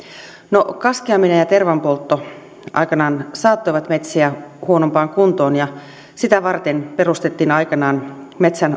no kaskeaminen ja tervanpoltto aikanaan saattoivat metsiä huonompaan kuntoon ja sitä varten perustettiin aikoinaan